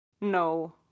no